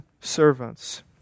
servants